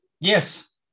Yes